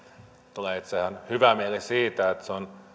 tulee hyvä mieli siitä että